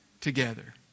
Together